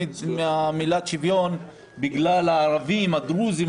מהמילה "שוויון" בגלל הערבים או הדרוזים,